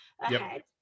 ahead